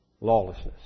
lawlessness